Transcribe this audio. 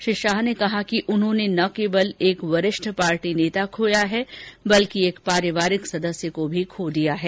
श्री शाह ने कहा कि उन्होंने न केवल एक वरिष्ठ पार्टी नेता खोया है बल्कि एक पारिवारिक सदस्य को भी खो दिया है